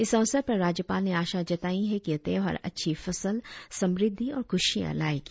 इस अवसर पर राज्यपाल ने आशा जताई है कि यह त्योहार अच्छी फसल समृद्धि और खुशिया लाएगी